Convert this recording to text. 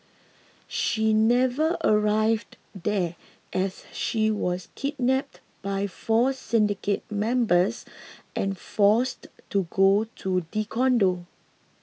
she never arrived there as she was kidnapped by four syndicate members and forced to go to the condo